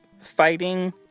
fighting